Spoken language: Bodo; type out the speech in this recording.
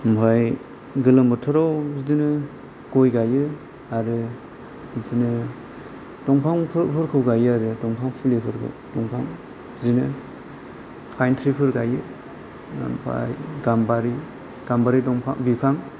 आमफाय गोलोम बोथोराव बिदिनो गय गायो आरो बिदिनो दंफांफोरखौ गायो आरो दंफा फुलिफोरखौ दंफा बिदिनो पाइन ट्रिफोर गायो आमफाय गामबारि गामबारि दंफा बिफां